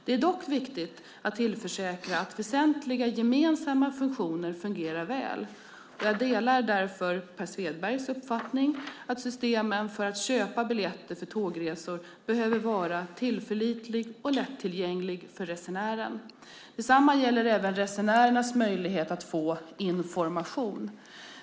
Det är dock viktigt att tillförsäkra att väsentliga gemensamma funktioner fungerar väl. Jag delar därför Per Svedbergs uppfattning att systemen för att köpa biljetter för tågresor behöver vara tillförlitliga och lättillgängliga för resenären. Detsamma gäller även resenärernas möjlighet att få information.